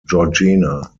georgina